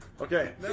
Okay